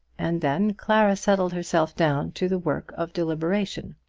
and then clara settled herself down to the work of deliberation.